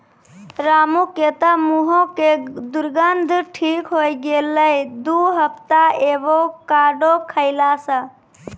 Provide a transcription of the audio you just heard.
रामू के तॅ मुहों के दुर्गंध ठीक होय गेलै दू हफ्ता एवोकाडो खैला स